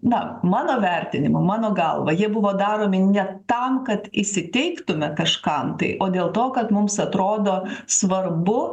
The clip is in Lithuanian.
na mano vertinimu mano galva jie buvo daromi ne tam kad įsiteiktume kažkam tai o dėl to kad mums atrodo svarbu